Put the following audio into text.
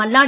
Malladi